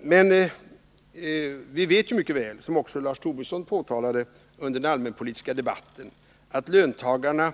Men vi vet ju mycket väl, vilket Lars Tobisson påpekade under den allmänpolitiska debatten och som också har framkommit i dagens debatt, att löntagarna